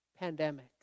pandemic